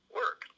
work